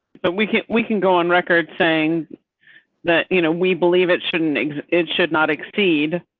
but we can we can go on record saying that you know we believe it shouldn't it should not exceed.